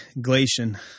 Glacian